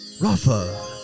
Rafa